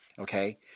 Okay